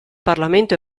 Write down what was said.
parlamento